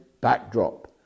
backdrop